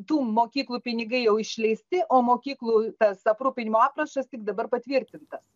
tų mokyklų pinigai jau išleisti o mokyklų tas aprūpinimo aprašas tik dabar patvirtintas